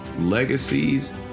legacies